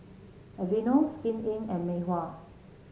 Aveeno Skin Inc and Mei Hua